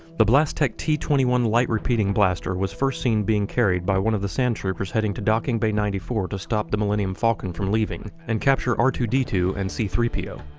the blastech t twenty one light repeating blaster was first seen being carried by one of the sandtroopers heading to docking bay ninety four to stop the millennium falcon from leaving and capture r two d two and c three po.